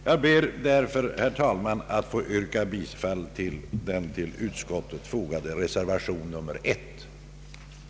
Jag ber därför, herr talman, att få yrka bifall till den vid utskottsutlåtandet fogade reservationen nr I.